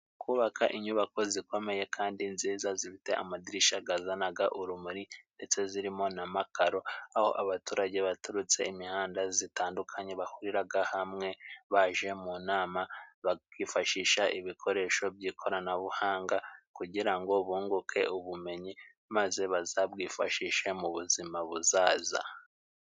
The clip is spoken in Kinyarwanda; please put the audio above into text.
Kubaka inyubako zikomeye kandi nziza zifite amadirisha gazanaga urumuri ndetse zirimo n'amakaro, aho abaturage baturutse imihanda zitandukanye bahuriraga hamwe baje mu nama bakifashisha ibikoresho by'ikoranabuhanga, kugira ngo bunguke ubumenyi maze bazabwifashishe mu buzima buzaza.